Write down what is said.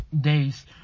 days